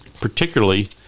particularly